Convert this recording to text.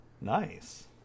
Nice